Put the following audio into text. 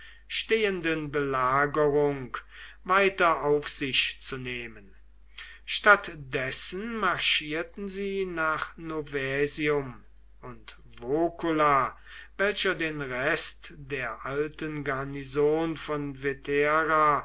stehenden belagerung weiter auf sich zu nehmen statt dessen marschierten sie nach novaesium und vocula welcher den rest der alten garnison von